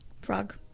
Frog